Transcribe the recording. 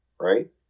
right